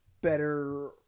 better